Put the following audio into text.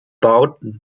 bauten